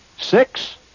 six